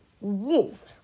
Wolf